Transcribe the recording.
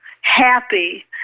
happy